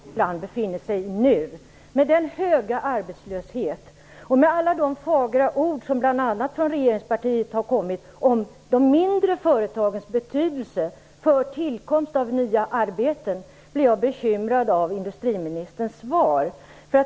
Herr talman! I den situation som vårt land befinner sig i nu, med den höga arbetslösheten och med alla de fagra ord som bl.a. har kommit från regeringspartiet om de mindre företagens betydelse för tillkomsten av nya arbeten, blir jag bekymrad av industriministerns svar.